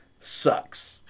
Sucks